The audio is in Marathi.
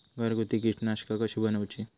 घरगुती कीटकनाशका कशी बनवूची?